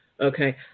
Okay